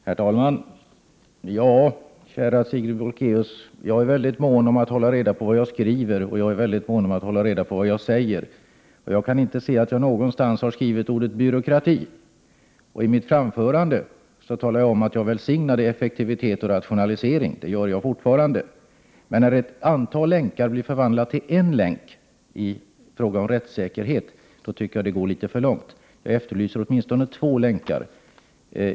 Herr talman! Kära Sigrid Bolkéus, jag är väldigt mån om att hålla reda på vad jag skriver och vad jag säger. Jag kan inte se att jag någonstans har skrivit ordet byråkrati. I mitt framförande talade jag om att jag välsignade effektivitet och rationalisering, och det gör jag fortfarande. Men när ett antal länkar förvandlas till en länk i fråga om rättssäkerhet, tycker jag att det går litet för långt. Jag efterlyser åtminstone två länkar.